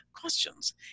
questions